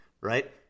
Right